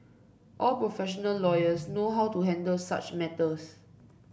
all professional lawyers know how to handle such matters